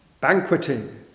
banqueting